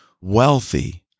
wealthy